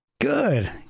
good